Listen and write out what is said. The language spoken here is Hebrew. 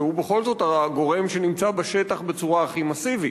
שהוא בכל זאת הגורם שנמצא בשטח בצורה הכי מסיבית.